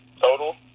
total